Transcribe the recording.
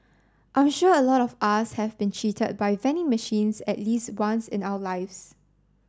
I'm sure a lot of us have been cheated by vending machines at least once in our lives